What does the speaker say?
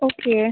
okay